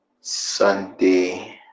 Sunday